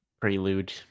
prelude